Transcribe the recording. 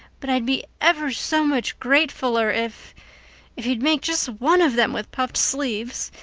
but i'd be ever so much gratefuller if if you'd made just one of them with puffed sleeves.